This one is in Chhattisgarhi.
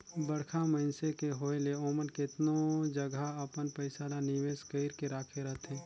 बड़खा मइनसे के होए ले ओमन केतनो जगहा अपन पइसा ल निवेस कइर के राखे रहथें